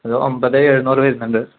ഒരു ഒൻപതേ എഴുന്നൂറ് വരുന്നുണ്ട്